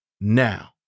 Now